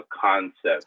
concept